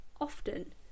often